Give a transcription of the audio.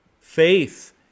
faith